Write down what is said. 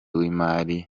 w’imari